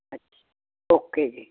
ਅੱਛਾ ਓਕੇ ਜੀ